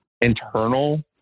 internal